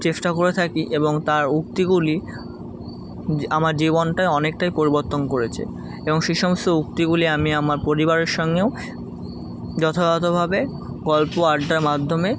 চেষ্টা করে থাকি এবং তার উক্তিগুলি আমার জীবনটায় অনেকটাই পরিবর্তন করেছে এবং সেই সমস্ত উক্তিগুলি আমি আমার পরিবারের সঙ্গেও যথাযথভাবে গল্প আড্ডার মাধ্যমে